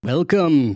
Welcome